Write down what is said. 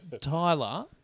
Tyler